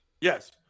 Yes